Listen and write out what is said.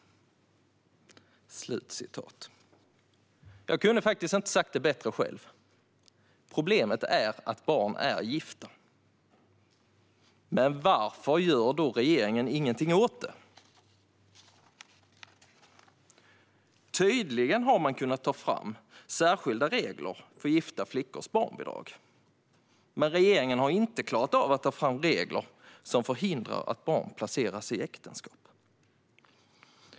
Jag kunde faktiskt inte ha sagt det bättre själv: Problemet är att barn är gifta. Men varför gör då regeringen ingenting åt det? Tydligen har man kunnat ta fram särskilda regler för gifta flickors barnbidrag, men regeringen har inte klarat av att ta fram regler som förhindrar att barn placeras i äktenskap.